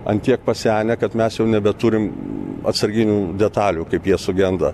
ant tiek pasenę kad mes jau nebeturim atsarginių detalių kaip jie sugenda